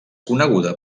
coneguda